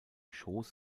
schoß